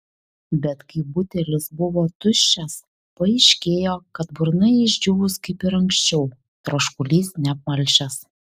bet kai butelis buvo tuščias paaiškėjo kad burna išdžiūvus kaip ir anksčiau troškulys neapmalšęs